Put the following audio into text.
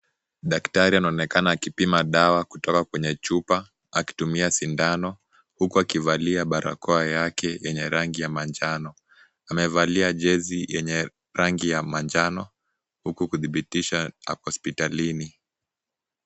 Daktari anaonekana akipima dawa kutoka kwenye chupa, akitumia sindano, huku akivalia barakoa yake yenye rangi ya manjano, amevalia jezi yenye rangi ya manjano, huku kuthibitisha ako hospitalini.